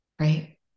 right